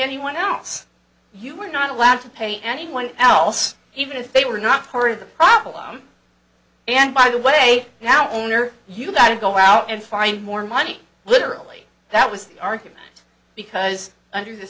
anyone else you were not allowed to pay anyone else even if they were not part of the problem and by the way now owner you've got to go out and find more money literally that was the argument because under this